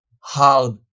hard